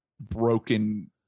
broken